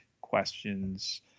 questions